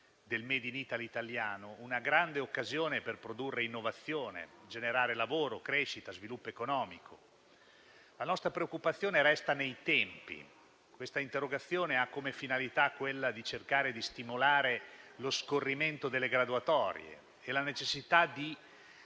del *made in Italy* italiano, una grande occasione per produrre innovazione, generare lavoro, crescita e sviluppo economico. La nostra preoccupazione resta nei tempi. Questa interrogazione ha come finalità quella di cercare di stimolare lo scorrimento delle graduatorie e la necessità di